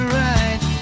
right